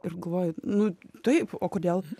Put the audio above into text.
ir galvoju nu taip o kodėl